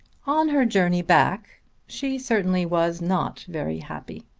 on her journey back she certainly was not very happy.